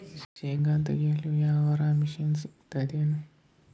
ಶೇಂಗಾ ತೆಗೆಯಲು ಯಾವರ ಮಷಿನ್ ಸಿಗತೆದೇನು?